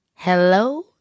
Hello